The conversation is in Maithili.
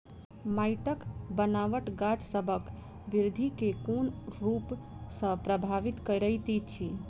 माइटक बनाबट गाछसबक बिरधि केँ कोन रूप सँ परभाबित करइत अछि?